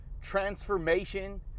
transformation